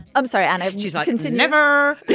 i'm sorry. and she's i can say never.